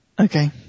Okay